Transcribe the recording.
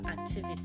activity